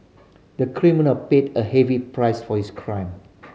the criminal paid a heavy price for his crime